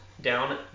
down